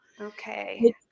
Okay